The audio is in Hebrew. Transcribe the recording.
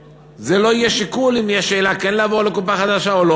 שזה לא יהיה שיקול אם כן לעבור לקופה חדשה או לא.